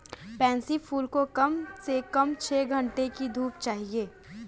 pansy फूल को कम से कम छह घण्टे की धूप चाहिए